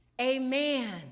amen